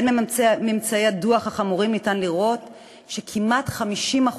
בין ממצאי הדוח החמורים ניתן לראות שכמעט 50%,